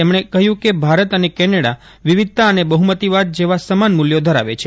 તેમણે કહ્યું કે ભારત અને કેનેડા વિવિધતા અને બહુમતીવાદ જેવા સમાન મૂલ્યો ધરાવે છે